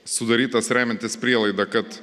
sudarytas remiantis prielaida kad